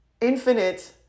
infinite